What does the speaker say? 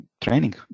training